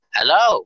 Hello